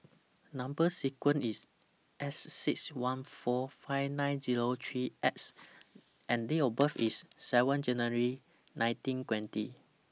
Number sequence IS S six one four five nine Zero three X and Date of birth IS seven January nineteen twenty